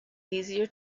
easier